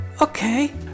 Okay